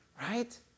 right